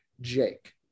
Jake